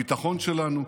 הביטחון שלנו,